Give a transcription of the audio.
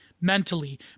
mentally